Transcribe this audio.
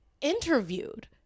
interviewed